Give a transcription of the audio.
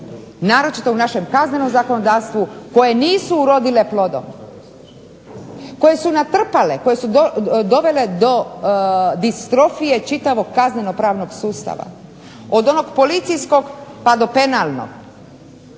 naročito u našem kaznenom zakonodavstvu koje nisu urodile plodom, koje su natrpale, koje su dovele do distrofije čitavog kaznenopravnog sustava, od onog policijskog pa do penalnog.